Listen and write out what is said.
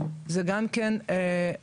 זה גם תעסוקה,